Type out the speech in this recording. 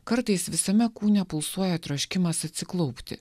kartais visame kūne pulsuoja troškimas atsiklaupti